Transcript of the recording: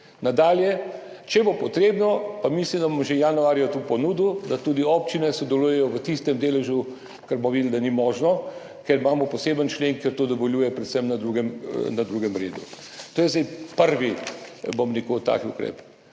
Nadalje, če bo treba, mislim, da bom to ponudil že januarja, bodo tudi občine sodelovale v tistem deležu, kjer bomo videli, da ni možno, ker imamo poseben člen, ki to dovoljuje predvsem na drugem redu. To je zdaj prvi tak ukrep.